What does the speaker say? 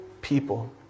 people